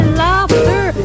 laughter